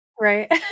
right